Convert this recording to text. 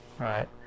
right